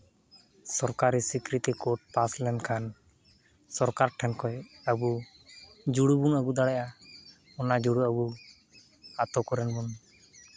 ᱥᱚᱨᱠᱟᱨᱤ ᱥᱨᱤᱠᱨᱤᱛᱤ code pass ᱞᱮᱱᱠᱷᱟᱱ ᱥᱚᱨᱠᱟᱨ ᱴᱷᱮᱱ ᱠᱷᱚᱡ ᱟᱹᱵᱩ ᱡᱩᱲᱩ ᱵᱚᱱ ᱟᱹᱜᱩ ᱫᱟᱲᱮᱜᱼᱟ ᱚᱱᱟ ᱡᱩᱲᱩ ᱟᱹᱜᱩ ᱟᱛᱳ ᱠᱚᱨᱮᱱ ᱵᱚᱱ